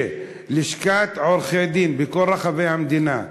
שלשכת עורכי-הדין בכל רחבי המדינה,